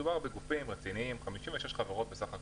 מדובר בגופים רציניים, 56 חברות בסך הכול,